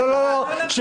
לא, לא, לא.